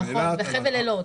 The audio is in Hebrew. נכון, וחבל אילות.